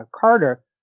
Carter